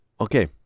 Okay